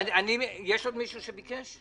עוד מישהו ביקש להתייחס?